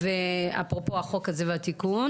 אפרופו החוק הזה והתיקון